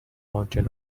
fountain